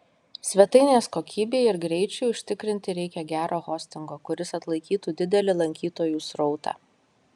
svetainės kokybei ir greičiui užtikrinti reikia gero hostingo kuris atlaikytų didelį lankytojų srautą